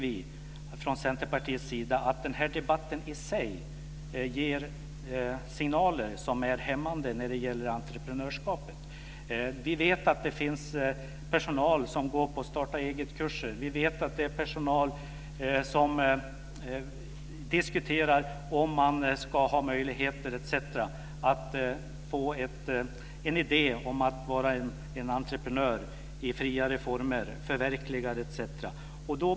Vi i Centerpartiet tycker att debatten i sig ger hämmande signaler när det gäller entreprenörskapet. Vi vet att det finns personal som går på starta-egetkurser. Vi vet att personal diskuterar möjligheter att förverkliga en idé om att vara entreprenör i friare former.